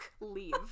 leave